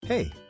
Hey